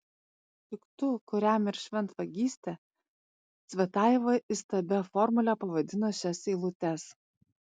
tik tu kuriam ir šventvagystė cvetajeva įstabia formule pavadino šias eilutes